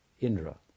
Indra